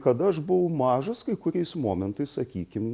kada aš buvau mažas kai kuriais momentais sakykim